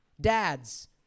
Dads